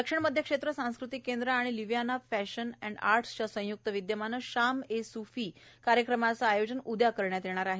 दक्षिण मध्य क्षेत्र सांस्कृतिक केंद्र आणि लिव्याना फॅशन अॅण्ड आर्टर््सच्या संयुक्त विद्यमानं शाम ए सूफी कार्यक्रमाचं आयोजन उद्या करण्यात येणार आहे